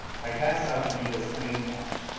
i cast off anita's clinging arms.